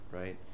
right